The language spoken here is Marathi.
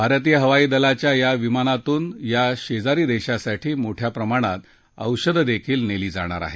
भारतीय हवाईदलाच्या विमानातून या शेजारी देशासाठी मोठ्या प्रमाणात औषधंही नेली जाणार आहेत